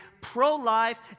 pro-life